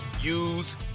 use